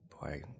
boy